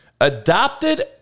Adopted